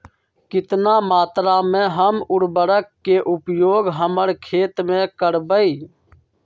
कितना मात्रा में हम उर्वरक के उपयोग हमर खेत में करबई?